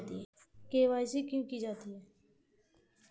KYC क्यों की जाती है?